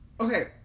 Okay